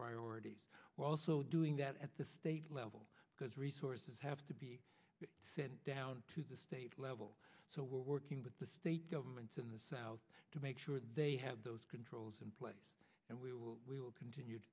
priorities also doing that at the state level because resources have to be sent down to the state level so we're working with the state governments in the south to make sure they have those controls in place and we will continue to